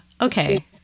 Okay